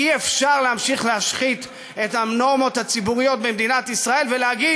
אי-אפשר להמשיך להשחית את הנורמות הציבוריות במדינת ישראל ולומר: